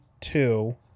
two